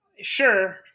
sure